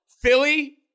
Philly